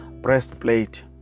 Breastplate